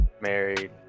married